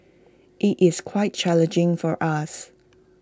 IT is quite challenging for us